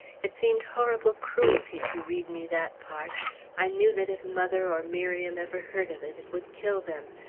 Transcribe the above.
it seemed horrible cruelty to read me that part i knew that if mother or miriam ever heard of it, it would kill them.